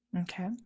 Okay